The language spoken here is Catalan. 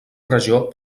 regió